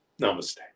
Namaste